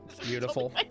Beautiful